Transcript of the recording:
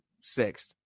sixth